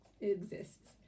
exists